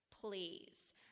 Please